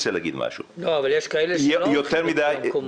אבל יש מי שלא הולכים למקומות האלה.